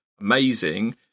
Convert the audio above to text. amazing